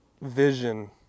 vision